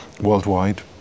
worldwide